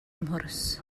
mhwrs